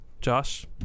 Josh